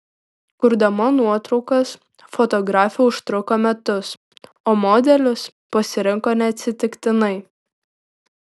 kurdama nuotraukas fotografė užtruko metus o modelius pasirinko neatsitiktinai